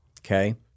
Okay